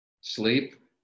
sleep